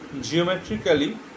geometrically